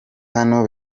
hano